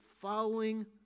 following